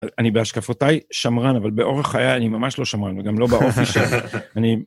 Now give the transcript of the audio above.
אני, בהשקפותיי, שמרן, אבל באורח חיי אני ממש לא שמרן, וגם לא באופי שאני... אני